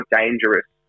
dangerous